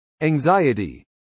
Anxiety